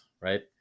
right